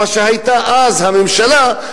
מה שהיתה אז הממשלה,